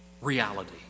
reality